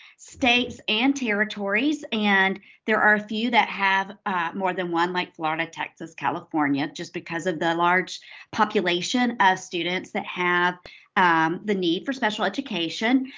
states and territories, and there are a few that have more than one like florida, texas, california, just because of the large population of students that have the need for special education.